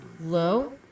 low